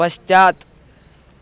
पश्चात्